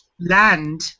land